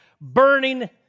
burning